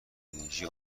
انرژی